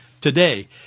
today